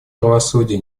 правосудия